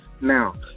Now